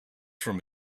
from